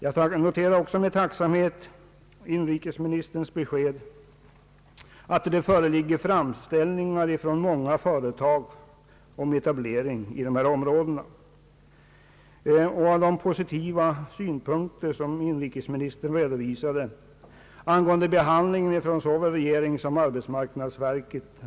Jag noterar också med tacksamhet inrikesministerns besked att det föreligger framställningar från många företag om etablering i länet och de positiva synpunkter som inrikesministern redogjorde för angående behandlingen av dessa ansökningar såväl i regeringen som hos arbetsmarknadsverket.